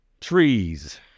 Trees